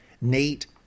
nate